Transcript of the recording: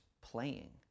playing